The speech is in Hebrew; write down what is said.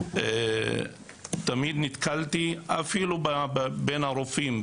תמיד נתקלתי אפילו בין הרופאים,